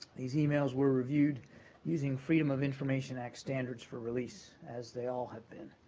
these emails were reviewed using freedom of information act standards for release, as they all have been.